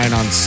on